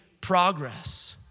progress